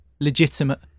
legitimate